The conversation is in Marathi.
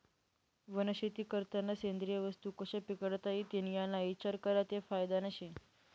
वनशेती करतांना सेंद्रिय वस्तू कशा पिकाडता इतीन याना इचार करा ते फायदानं शे